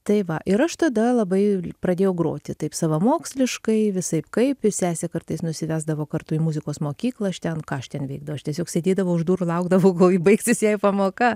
tai va ir aš tada labai pradėjau groti taip savamoksliškai visaip kaip ir sesė kartais nusivesdavo kartu į muzikos mokyklą aš ten ką aš ten veikdavau aš tiesiog sėdėdavau už durų laukdavau kol ji baigsis jai pamoka